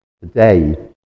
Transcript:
today